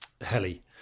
heli